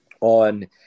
on